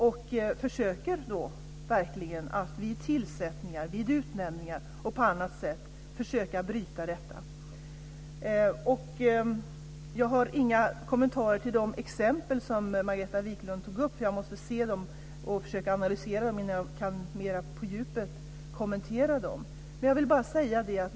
Vi försöker verkligen att vid tillsättningar och utnämningar och på annat sätt bryta detta. Jag har inga kommentarer till de exempel som Margareta Viklund tog upp. Jag måste se dem och försöka analysera dem innan jag kan kommentera dem mera på djupet.